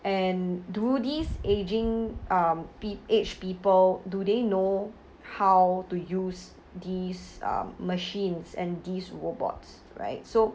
and do these aging um p~ aged people do they know how to use these um machines and these robots right so